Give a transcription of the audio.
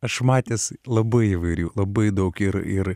aš matęs labai įvairių labai daug ir ir